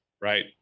Right